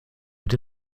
mit